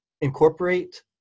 incorporate